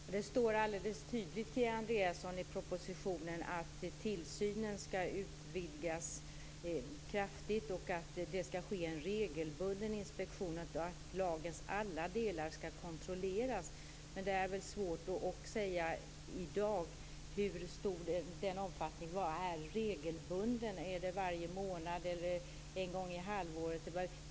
Herr talman! Det står alldeles tydligt i propositionen, Kia Andreasson, att tillsynen skall utvidgas kraftigt, att det skall ske en regelbunden inspektion och att lagens alla delar skall kontrolleras. Men det är svårt att säga i dag vad regelbunden är. Är det varje månad eller en gång i halvåret?